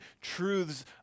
truths